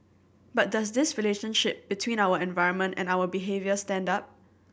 but does this relationship between our environment and our behaviour stand up